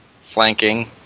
flanking